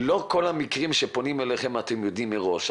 לא כל המקרים שפונים אליכם אתם יודעים מראש,